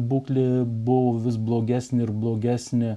būklė buvo vis blogesnė blogesnė